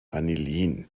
vanillin